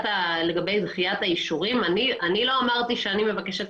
אני חושבת